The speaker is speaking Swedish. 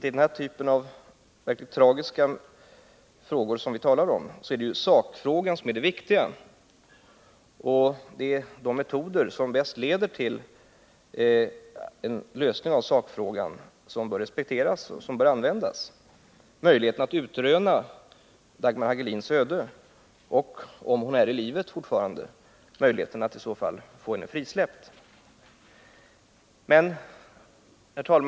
I den här typen av tragiska frågor är det sakfrågan som är det viktiga. Och de metoder som bäst leder till en lösning av sakfrågan bör respekteras och användas när det gäller att utröna Dagmar Hagelins öde och, om hon fortfarande är i livet, möjligheten att i så fall få Nr 49 henne frisläppt.